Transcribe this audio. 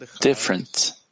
different